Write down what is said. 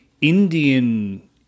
Indian